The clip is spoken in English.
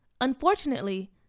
unfortunately